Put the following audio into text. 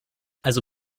also